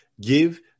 give